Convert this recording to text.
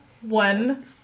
one